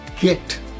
get